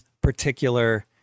particular